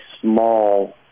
small